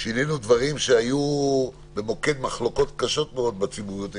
שינינו דברים שהיו במוקד מחלוקות קשות מאוד בציבוריות הישראלית.